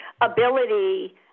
ability